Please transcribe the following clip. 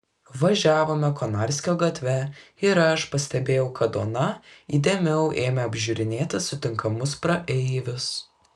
važiavome konarskio gatve ir aš pastebėjau kad ona įdėmiau ėmė apžiūrinėti sutinkamus praeivius